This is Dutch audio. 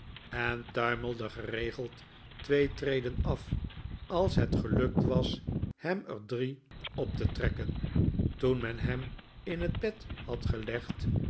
en tuimelde geregeld twee treden af als het gelukt was hem er drie op te trekken toen men hem in het bed had gelegd